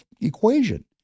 equation